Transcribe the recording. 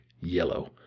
yellow